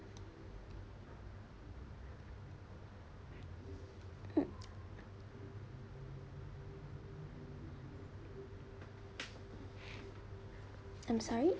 mm I'm sorry